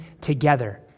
together